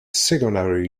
secondary